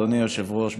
אדוני היושב-ראש.